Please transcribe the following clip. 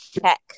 check